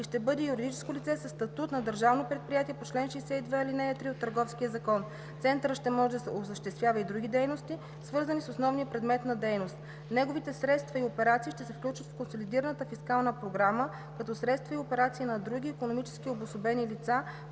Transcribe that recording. ще бъде юридическо лице със статут на държавно предприятие по чл. 62, ал. 3 от Търговския закон. Центърът ще може да осъществява и други дейности, свързани с основния предмет на дейност. Неговите средства и операции ще се включват в консолидираната фискална програма като средства и операции на други икономически обособени лица